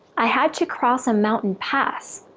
i had to cross a mountain pass,